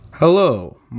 Hello